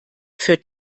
für